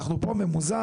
אנחנו פה בחדר ממוזג,